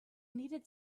needed